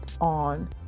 on